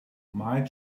might